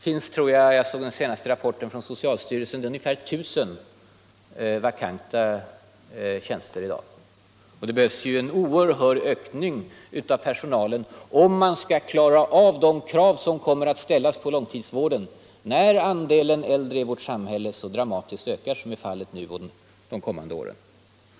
Jag tror det finns — jag såg den senaste rapporten från socialstyrelsen - ungefär 1000 vakanta tjänster i dag. Och det behövs ju en oerhörd ökning av personalen om man skall klara av de krav som kommer att ställas på långtidsvården, när andelen äldre i vårt samhälle ökar så dramatiskt som nu och under de kommande åren.